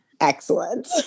excellent